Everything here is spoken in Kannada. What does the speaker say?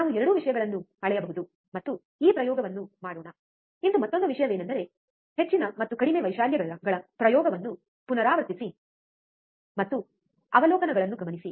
ನಾವು ಎರಡೂ ವಿಷಯಗಳನ್ನು ಅಳೆಯಬಹುದು ಮತ್ತು ಈ ಪ್ರಯೋಗವನ್ನು ಮಾಡೋಣ ಇಂದು ಮತ್ತೊಂದು ವಿಷಯವೆಂದರೆ ಹೆಚ್ಚಿನ ಮತ್ತು ಕಡಿಮೆ ವೈಶಾಲ್ಯಗಳ ಪ್ರಯೋಗವನ್ನು ಪುನರಾವರ್ತಿಸಿ ಮತ್ತು ಅವಲೋಕನಗಳನ್ನು ಗಮನಿಸಿ